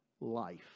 life